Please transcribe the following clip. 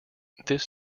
this